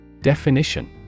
Definition